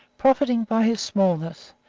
profiting by his smallness,